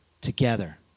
together